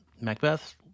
Macbeth